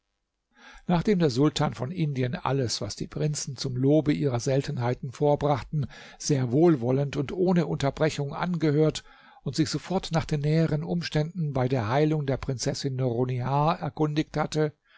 nachdem der sultan von indien alles was die prinzen zum lobe ihrer seltenheiten vorbrachten sehr wohlwollend und ohne unterbrechung angehört und sich sofort nach den näheren umständen bei der heilung der prinzessin nurunnihar erkundigt hatte